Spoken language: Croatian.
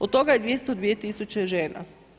Od toga je 202 000 žena.